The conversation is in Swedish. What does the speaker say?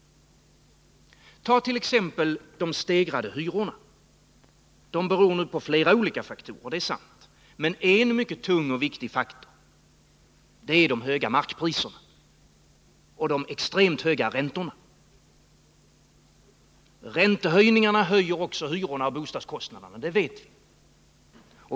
de stegrade hyrorna. De beror på flera olika faktorer, det är sant. Tunga och mycket viktiga faktorer är de höga markpriserna och de extremt höga räntorna. Räntehöjningarna ökar också bostadskostnaderna, det vet vi.